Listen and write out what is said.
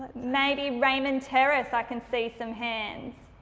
maybe raymond terrace i can see some hands.